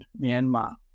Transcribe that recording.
Myanmar